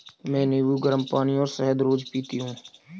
मैं नींबू, गरम पानी और शहद रोज पीती हूँ